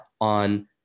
on